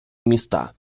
міста